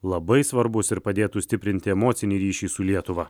labai svarbus ir padėtų stiprinti emocinį ryšį su lietuva